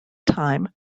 time